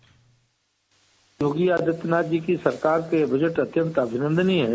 bite Yogi Adityanath ji की सरकार का बजट अत्यन्त अभिनन्दनीय है